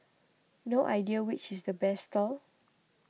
no idea which is the best stall